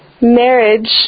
marriage